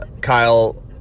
Kyle